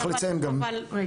צריך לציין גם --- כן אבל רגע,